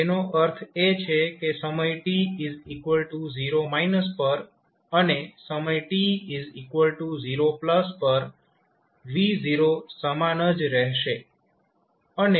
તેનો અર્થ એ છે કે સમય t 0 પર અને સમય t 0 પર V0 સમાન જ રહેશે